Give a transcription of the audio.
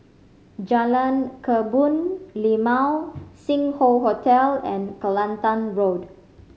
Jalan Kebun Limau Sing Hoe Hotel and Kelantan Road